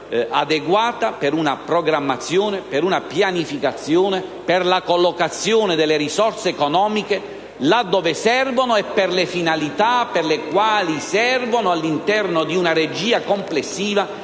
adeguata per una programmazione, una pianificazione e per l'allocazione delle risorse economiche là dove servono e per le finalità per le quali servono, all'interno di una regia complessiva